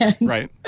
Right